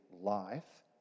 life